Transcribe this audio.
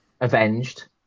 Avenged